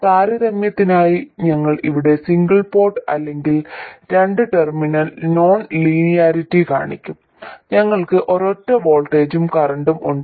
താരതമ്യത്തിനായി ഞാൻ ഇവിടെ single port അല്ലെങ്കിൽ രണ്ട് ടെർമിനൽ നോൺ ലീനിയാരിറ്റി കാണിക്കും ഞങ്ങൾക്ക് ഒരൊറ്റ വോൾട്ടേജും കറന്റും ഉണ്ട്